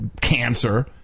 cancer